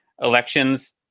elections